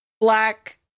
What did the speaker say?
black